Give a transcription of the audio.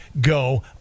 go